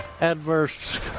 adverse